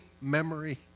memory